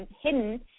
hidden